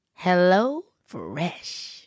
HelloFresh